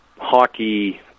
hockey